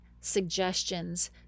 suggestions